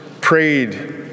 prayed